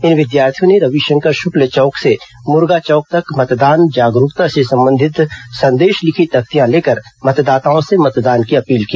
इन विद्यार्थियों ने रविशंकर शुक्ल चौक से मूर्गा चौक तक मतदान जागरूकता से संबंधित संदेश लिखी तख्तियां लेकर मतदाताओं से मंतदान की अपील की